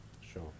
Sure